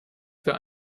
für